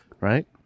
right